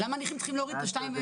למה הנכים צריכים להוריד ל-2.45%?